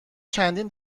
چندین